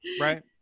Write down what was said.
Right